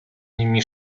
nimi